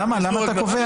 למה אתה קובע את זה?